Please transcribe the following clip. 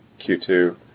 Q2